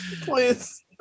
Please